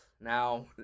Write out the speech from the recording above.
Now